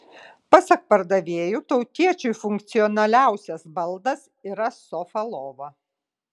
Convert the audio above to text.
pasak pardavėjų tautiečiui funkcionaliausias baldas yra sofa lova